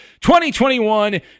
2021